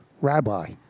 rabbi